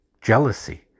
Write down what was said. jealousy